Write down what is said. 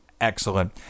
Excellent